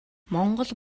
монгол